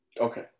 Okay